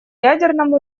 ядерному